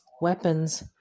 weapons